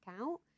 out